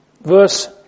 Verse